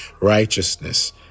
righteousness